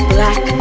Black